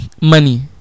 money